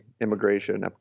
immigration